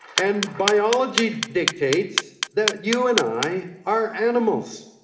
and biology dictates that you and i are animals.